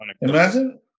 Imagine